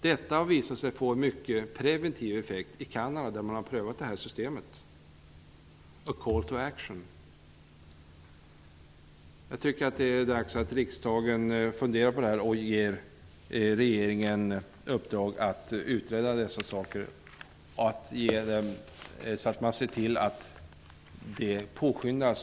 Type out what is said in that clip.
Detta har visat sig få en mycket stark preventiv effekt i Kanada, där systemet ''a call to action'' har prövats. Jag tycker att det är dags att riksdagen funderar på detta och ger regeringen i uppdrag att utreda dessa frågor, så att hanterandet påskyndas.